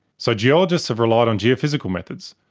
so geologists have relied on geophysical methods,